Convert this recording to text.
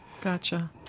Gotcha